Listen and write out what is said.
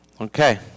okay